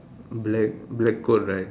black black coat right